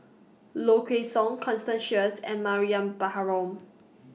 Low Kway Song Constance Sheares and Mariam Baharom